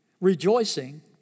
rejoicing